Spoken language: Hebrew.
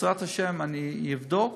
בעזרת השם, אני אבדוק